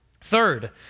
Third